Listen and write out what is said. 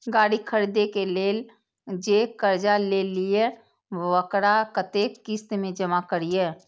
गाड़ी खरदे के लेल जे कर्जा लेलिए वकरा कतेक किस्त में जमा करिए?